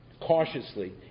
cautiously